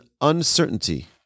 uncertainty